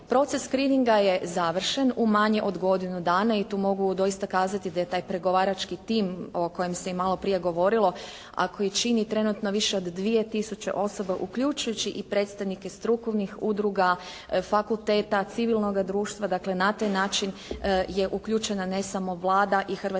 Proces screeninga je završen u manje od godinu dana. I tu mogu doista kazati da je taj pregovarački tim o kojem se i maloprije govorilo, ako i čini trenutno više od 2 tisuće osoba uključujući i predstojnike strukovnih udruga, fakulteta, civilnoga društva dakle, na taj način je uključena ne samo Vlada i Hrvatski